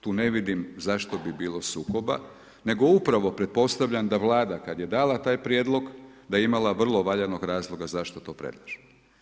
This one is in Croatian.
Tu ne vidim zašto bi bilo sukoba, nego upravo pretpostavljam da Vlada kad je dala taj prijedlog, da je imala vrlo valjanog razloga zašto to predlaže.